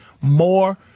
more